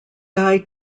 guy